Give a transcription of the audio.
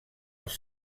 els